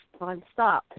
nonstop